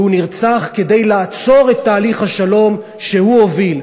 שהוא נרצח כדי לעצור את תהליך השלום שהוא הוביל.